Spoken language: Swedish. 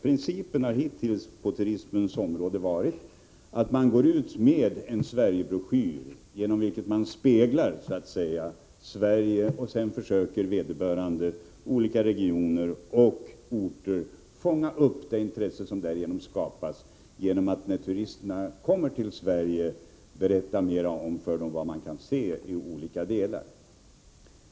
Principen på turismens område har hittills varit att man går ut med en Sverigebroschyr, genom vilken man så att säga speglar Sverige, och sedan försöker ifrågavarande regioner och orter fånga upp det intresse som därigenom skapas genom att när turisterna väl kommer till Sverige berätta mer för dem om vad man kan se i olika delar av landet.